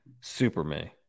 superman